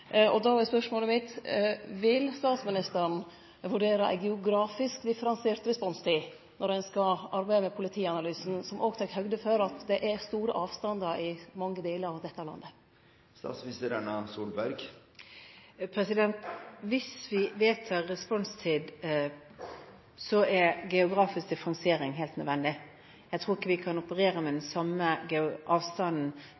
er spørsmålet mitt: Vil statsministeren vurdere ei geografisk differensiert responstid når ein skal arbeide med politianalysen, som òg tek høgd for at det er store avstandar i mange delar av dette landet? Hvis vi vedtar responstid, er geografisk differensiering helt nødvendig. Jeg tror ikke vi kan operere med